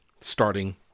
starting